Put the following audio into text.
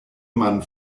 mann